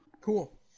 cool